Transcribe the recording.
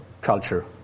culture